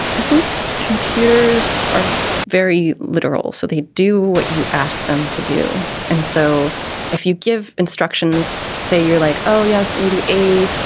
i think computers are very literal, so they do what you ask them to do. and so if you give instructions, say you're like, oh, yes, we do a,